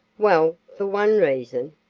well, for one reason,